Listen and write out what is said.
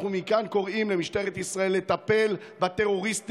אנחנו מכאן קוראים למשטרת ישראל לטפל בטרוריסטים